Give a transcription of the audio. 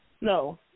No